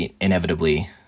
inevitably